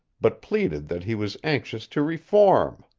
but pleaded that he was anxious to reform.